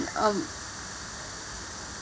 um